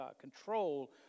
control